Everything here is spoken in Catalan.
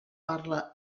parla